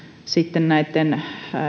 sitten näitten